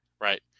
Right